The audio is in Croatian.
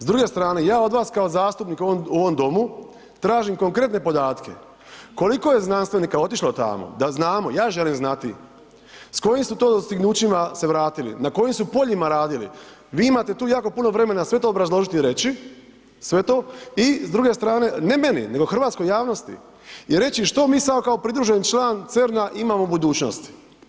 S druge strane ja od vas kao zastupnik u ovom domu tražim konkretne podatke koliko je znanstvenika otišlo tamo, da znamo, ja želim znati, s kojim su to dostignućima se vratili, na kojim su poljima radili, vi imate tu jako puno vremena sve to obrazložiti i reći, sve to i s druge strane ne meni, nego hrvatskoj javnosti i reći što mi sada kao pridruženi član CERN-a imamo u budućnosti.